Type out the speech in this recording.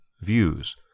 views